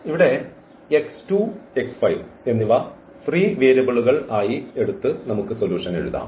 ഇവിടെ എന്നിവ ഫ്രീ വേരിയബിളുകൾ ആയി എടുത്തു നമുക്ക് സൊലൂഷൻ എഴുതാം